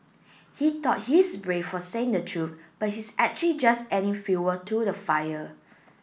he thought he's brave for saying the truth but he's actually just adding fuel to the fire